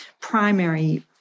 primary